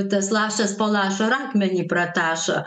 tas lašas po lašo ir akmenį pratašo